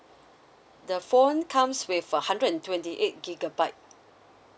the phone comes with a hundred and twenty eight gigabyte